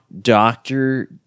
doctor